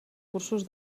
cursos